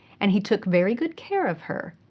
and he took very good care of her.